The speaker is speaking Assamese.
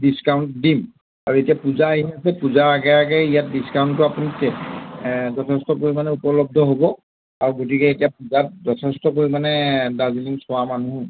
ডিছকাউণ্ট দিম আৰু এতিয়া পূজা আহি আছে পূজাৰ আগে আগে ইয়াত ডিছকাউণ্টটো আপুনি যথেষ্ট পৰিমাণে উপলব্ধ হ'ব আৰু গতিকে এতিয়া পূজাত যথেষ্ট পৰিমাণে দাৰ্জিলিং চোৱা মানুহ